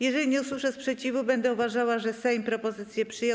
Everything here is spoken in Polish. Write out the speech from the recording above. Jeżeli nie usłyszę sprzeciwu, będę uważała, że Sejm propozycję przyjął.